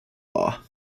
law